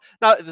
now